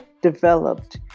developed